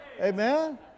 Amen